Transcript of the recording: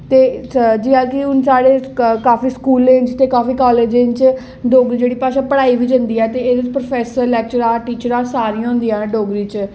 ते जि'यां के हू'न साढ़े काफी स्कूलें च काफी कॉलेजें च डोगरी जेह्ड़ी भाशा पढ़ाई बी जंदी ऐ ते प्रोफेसर लेक्चरार टीचर सारियां होंदियां न डोगरी च